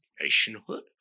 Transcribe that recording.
nationhood